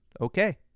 okay